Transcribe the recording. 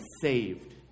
saved